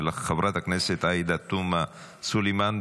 של חברת הכנסת עאידה תומא סלימאן.